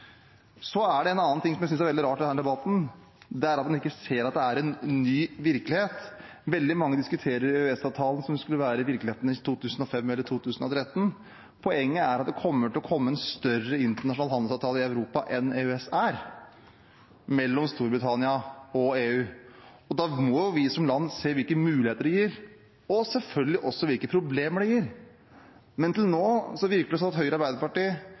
Så er det en annen ting som jeg synes er veldig rart i denne debatten, og det er at man ikke ser at det er ny virkelighet. Veldig mange diskuterer EØS-avtalen som om det skulle være virkeligheten i 2005 eller 2013. Poenget er at det kommer til å komme en større internasjonal handelsavtale i Europa enn EØS-avtalen er, mellom Storbritannia og EU. Da må vi som land se på hvilke muligheter det gir, og selvfølgelig også hvilke problemer det gir. Til nå virker det som Høyre og Arbeiderpartiet